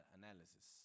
analysis